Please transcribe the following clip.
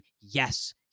Yes